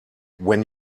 when